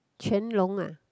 Quan-Long ah